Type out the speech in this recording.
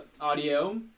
audio